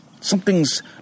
something's